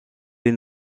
les